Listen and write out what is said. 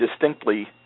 distinctly